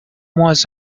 was